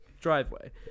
driveway